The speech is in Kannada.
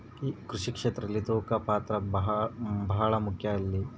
ಕೃಷಿ ಕ್ಷೇತ್ರದಲ್ಲಿ ತೂಕದ ಪಾತ್ರ ಬಹಳ ಮುಖ್ಯ ಅಲ್ರಿ?